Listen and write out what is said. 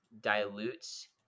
dilutes